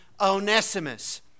Onesimus